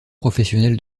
professionnel